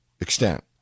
extent